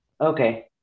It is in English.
Okay